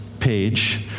page